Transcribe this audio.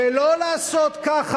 ולא לעשות ככה,